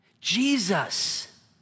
Jesus